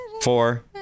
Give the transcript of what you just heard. four